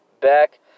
back